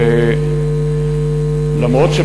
כבוד השר,